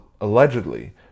allegedly